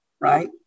right